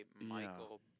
Michael